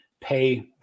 pay